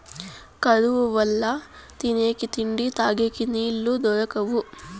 కరువు వల్ల తినేకి తిండి, తగేకి నీళ్ళు దొరకవు